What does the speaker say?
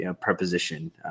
preposition